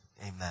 amen